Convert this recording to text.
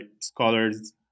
scholars